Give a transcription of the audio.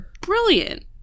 brilliant